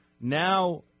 Now